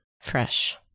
fresh